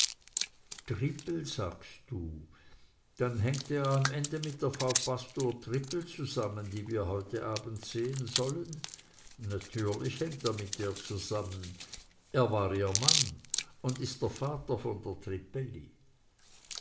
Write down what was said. trippel sagst du dann hängt er am ende mit der frau pastor trippel zusammen die wir heute abend sehen sollen natürlich hängt er mit der zusammen er war ihr mann und ist der vater von der